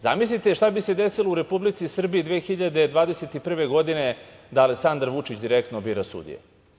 Zamislite šta bi se desilo o Republici Srbiji 2021. godine da Aleksandar Vučić direktno bira sudije.